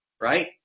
right